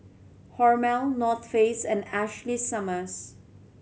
Hormel North Face and Ashley Summers